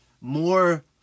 more